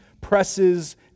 presses